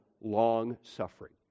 long-suffering